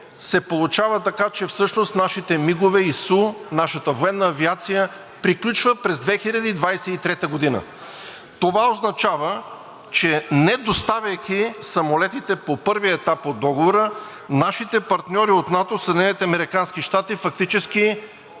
се получава така, че всъщност нашите МиГ-ове и Су, нашата военна авиация приключва през 2023 г.! Това означава, че не доставяйки самолетите по първия етап от договора, нашите партньори от НАТО – Съединените